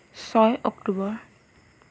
ছয় অক্টোবৰ